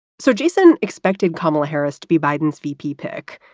so jason expected kamala harris to be biden's vp pick,